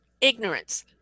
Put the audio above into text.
ignorance